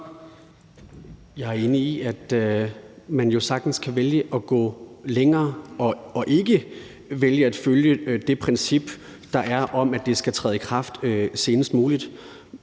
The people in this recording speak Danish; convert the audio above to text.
Jeg er enig i, at man jo sagtens kan vælge at gå længere og ikke vælge at følge det princip, der er, om, at det skal træde i kraft senest muligt.